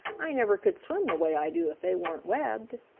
i never could swim the way i do if they weren't webbed.